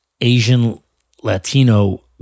Asian-Latino